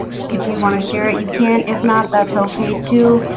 if you want to share it you can if not, that's okay too.